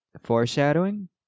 Foreshadowing